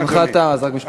זמנך תם, אז רק משפט אחרון.